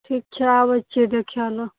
ठीक छै आबैत छियै देखै लऽ